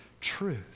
truth